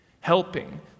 helping